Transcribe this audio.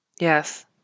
Yes